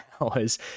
hours